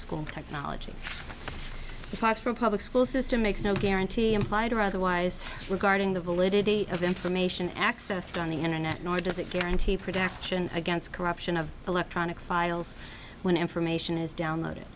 school technology for a public school system makes no guarantee implied or otherwise regarding the validity of information accessed on the internet nor does it guarantee protection against corruption of electronic files when information is downloaded